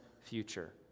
future